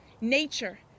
Nature